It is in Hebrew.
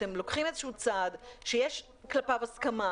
אתם לוקחים צעד שיש כלפיו הסכמה,